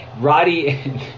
Roddy